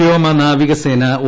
വ്യോമ നാവികസേന ഒ